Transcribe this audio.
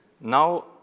now